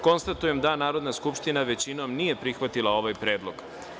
Konstatujem da Narodna skupština, većinom, nije prihvatila ovaj predlog.